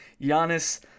Giannis